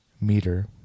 meter